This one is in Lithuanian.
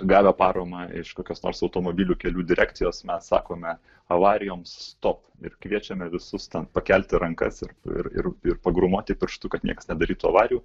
gavę paramą iš kokios nors automobilių kelių direkcijos mes sakome avarijoms stop ir kviečiame visus ten pakelti rankas ir ir ir ir pagrūmoti pirštu kad nieks nedarytų avarijų